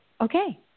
Okay